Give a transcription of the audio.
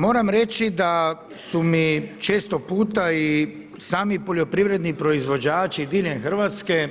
Moram reći da su mi često puta i sami poljoprivredni proizvođači diljem Hrvatske